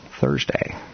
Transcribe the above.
Thursday